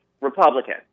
Republican